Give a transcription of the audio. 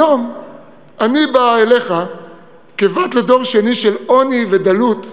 היום אני באה אליך כבת לדור שני של עוני ודלות,